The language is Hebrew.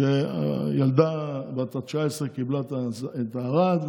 שילדה בת 19 קיבלה את הארד.